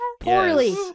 Poorly